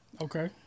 Okay